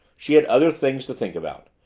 she had other things to think about.